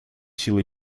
силой